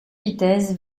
vitesse